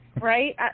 Right